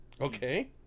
Okay